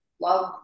love